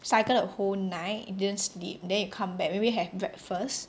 cycle the whole night didn't sleep then you come back maybe have breakfast